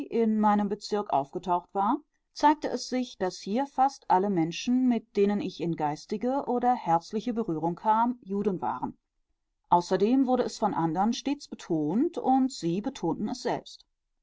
in meinem bezirk aufgetaucht war zeigte es sich daß hier fast alle menschen mit denen ich in geistige oder herzliche berührung kam juden waren außerdem wurde es von andern stets betont und sie betonten es selbst